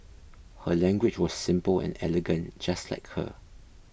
her language was simple and elegant just like her